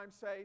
say